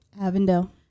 Avondale